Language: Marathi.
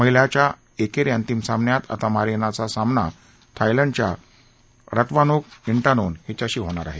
महिलांच्या एकेरी अंतिम सामन्यात आता मारीनचा सामना थायलंडच्या रत्वानोक ठानोन हीच्याशी होणार आहे